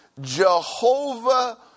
Jehovah